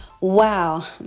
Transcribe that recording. Wow